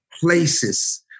places